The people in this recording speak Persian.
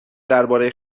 درباره